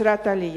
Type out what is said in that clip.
אשרת עלייה?